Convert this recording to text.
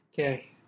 Okay